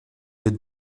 les